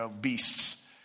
beasts